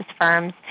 firms